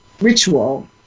ritual